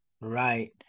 Right